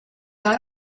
out